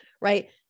right